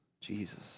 Jesus